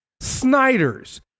Snyder's